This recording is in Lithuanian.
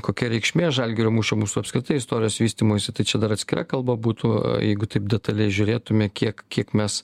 kokia reikšmė žalgirio mūšio mūsų apskritai istorijos vystymuisi tai čia dar atskira kalba būtų jeigu taip detaliai žiūrėtume kiek kiek mes